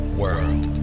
world